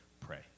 pray